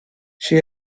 she